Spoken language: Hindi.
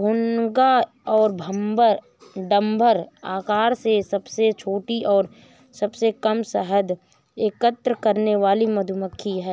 भुनगा या डम्भर आकार में सबसे छोटी और सबसे कम शहद एकत्र करने वाली मधुमक्खी है